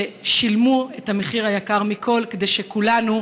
ששילמו את המחיר היקר מכול כדי שכולנו